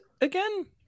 again